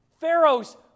Pharaoh's